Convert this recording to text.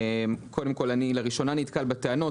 קודם כל, אני נתקל בטענות האלה לראשונה.